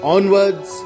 Onwards